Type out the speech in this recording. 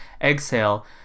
exhale